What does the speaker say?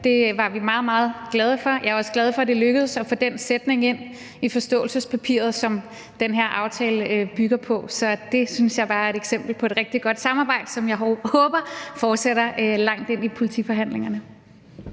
Det var vi meget, meget glade for. Jeg er også glad for, at det lykkedes at få den sætning ind i forståelsespapiret, som den her aftale bygger på. Så det synes jeg bare er et eksempel på et rigtig godt samarbejde, som jeg håber fortsætter langt ind i politiforhandlingerne.